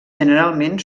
generalment